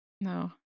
No